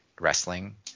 wrestling